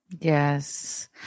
Yes